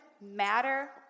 matter